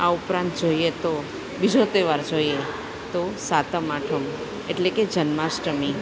આ ઉપરાંત જોઈએ તો બીજો તહેવાર જોઈએ તો સાતમ આઠમ એટલે કે જન્માષ્ટમી